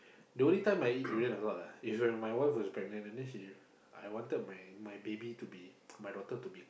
the only time I eat durian a lot ah is when my wife was pregnant and then she I wanted my my baby to be my daughter to be